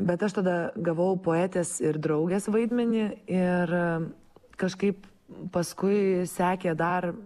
bet aš tada gavau poetės ir draugės vaidmenį ir kažkaip paskui sekė dar